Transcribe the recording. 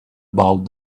about